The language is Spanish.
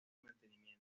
mantenimiento